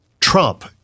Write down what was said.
Trump